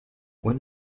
when